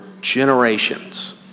generations